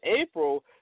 April